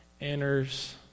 enters